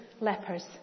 lepers